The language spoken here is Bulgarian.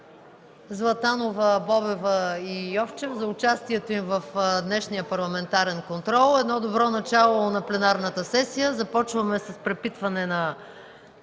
Златанова, Бобева и Йовчев за участието им в днешния парламентарен контрол – едно добро начало на пленарната сесия. Започваме с препитване на